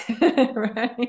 Right